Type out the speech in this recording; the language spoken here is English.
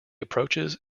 approaches